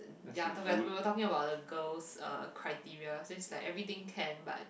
ya talking about we were talking the girls uh criteria then he's like everything can but